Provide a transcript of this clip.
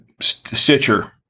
Stitcher